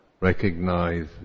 recognize